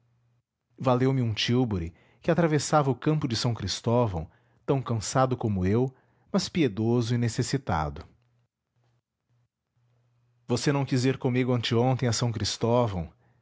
valeu me um tílburi que atravessava o campo de s cristóvão tão cansado como eu mas piedoso e necessitado www nead unama br você não quis ir comigo anteontem a são cristóvão